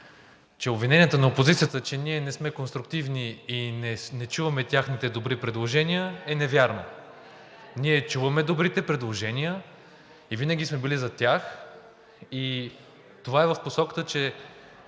че обвиненията на опозицията, че ние не сме конструктивни и не чуваме техните добри предложения, е невярно. (Шум и реплики.) Ние чуваме добрите предложения и винаги сме били за тях. Това е в посоката, че